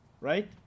right